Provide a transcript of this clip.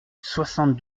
soixante